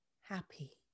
happy